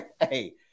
Hey